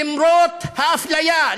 למרות האפליה,